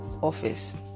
office